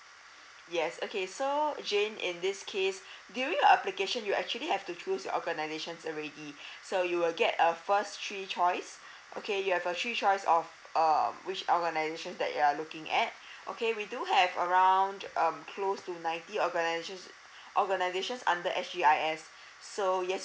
yes okay so jane in this case during your application you actually have to choose your organisations already so you will get a first three choice okay you have a three choice of uh which organisations that you're looking at okay we do have around um close to ninety organisations organisations under S_G_I_S so yes